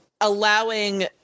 allowing